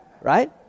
Right